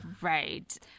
Right